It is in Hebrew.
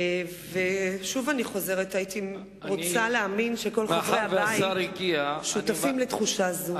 אני חוזרת: הייתי רוצה להאמין שכל חברי הבית שותפים לתחושה זו.